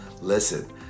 Listen